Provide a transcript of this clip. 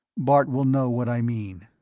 bart will know what i mean